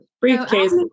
briefcase